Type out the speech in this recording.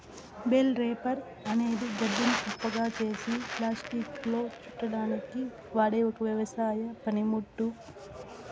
bale wrapper అనేది గడ్డిని కుప్పగా చేసి ప్లాస్టిక్లో చుట్టడానికి వాడె ఒక వ్యవసాయ పనిముట్టు